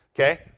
Okay